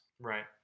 Right